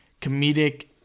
comedic